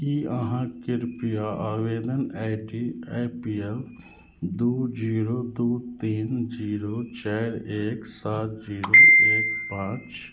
की अहाँ कृपया आवेदन I D I P L दू जीरो दू तीन जीरो चारि एक सात जीरो एक पाँच